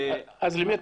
לגבי מה